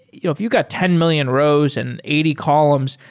you know if you got ten million rows and eighty columns,